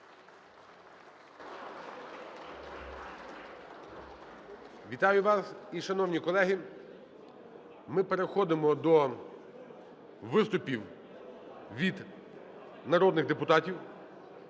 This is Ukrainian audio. Вітаю вас. І, шановні колеги, ми переходимо до виступів від народних депутатів.